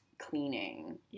cleaning